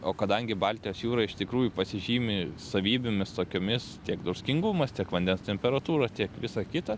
o kadangi baltijos jūra iš tikrųjų pasižymi savybėmis tokiomis tiek druskingumas tiek vandens temperatūra tiek visa kita